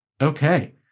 Okay